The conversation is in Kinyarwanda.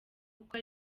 kuko